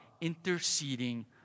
interceding